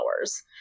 hours